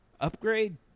Upgrade